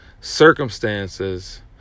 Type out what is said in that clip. circumstances